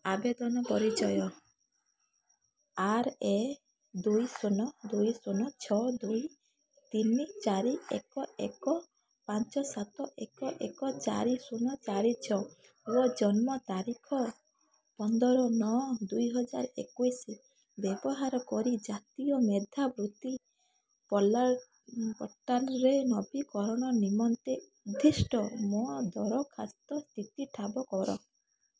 ଆବେଦନ ପରିଚୟ R A ଦୁଇ ଶୂନ ଦୁଇ ଶୂନ ଛଅ ଦୁଇ ତିନି ଚାରି ଏକ ଏକ ପାଞ୍ଚ ସାତ ଏକ ଏକ ଚାରି ଶୂନ ଚାରି ଛଅ ଓ ଜନ୍ମ ତାରିଖ ପନ୍ଦର ନଅ ଦୁଇହଜାରେ ଏକୋଉଶି ବ୍ୟବହାର କରି ଜାତୀୟ ମେଧାବୃତ୍ତି ପୋର୍ଟାଲ୍ରେ ନବୀକରଣ ନିମନ୍ତେ ଉଦ୍ଦିଷ୍ଟ ମୋ ଦରଖାସ୍ତର ସ୍ଥିତି ଠାବ କର